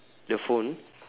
the phone